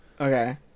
Okay